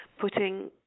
putting